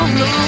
no